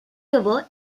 double